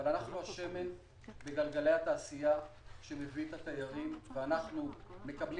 אבל אנחנו השמן בגלגלי התעשייה שמביא את התיירים ואנחנו מקבלים